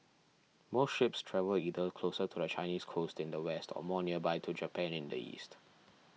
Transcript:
most ships travel either closer to the Chinese coast in the west or more nearby to Japan in the east